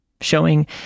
Showing